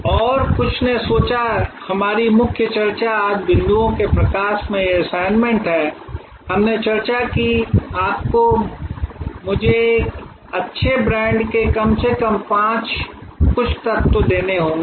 और कुछ ने सोचा कि हमारी मुख्य चर्चा आज बिंदुओं के प्रकाश में यह असाइनमेंट है हमने चर्चा की कि आपको मुझे एक अच्छे ब्रांड के कम से कम 5 कुछ तत्व देने होंगे